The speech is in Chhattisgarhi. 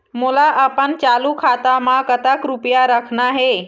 मोला अपन चालू खाता म कतक रूपया रखना हे?